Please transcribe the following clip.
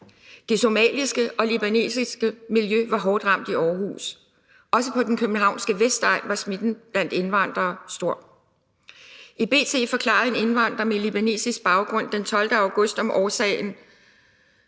Det somaliske og libanesiske miljø var hårdt ramt i Aarhus, og også på den københavnske vestegn var smitten blandt indvandrere stor. I B.T. forklarede en indvandrer med libanesisk baggrund den 12. august om årsagen